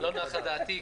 לא נחה דעתי,